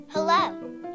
Hello